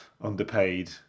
underpaid